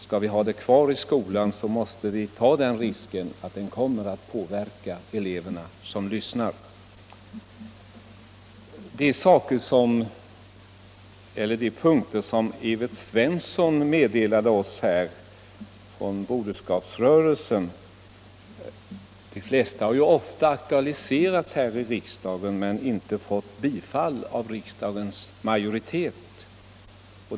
Skall vi ha det kvar i skolan, måste vi ta den risken att det kommer att påverka eleverna som lyssnar. Det som Evert Svensson meddelade oss från Broderskapsrörelsen har ofta aktualiserats här i riksdagen, men dessa yrkanden har inte fått något bifall av riksdagens majoritet.